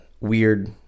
Weird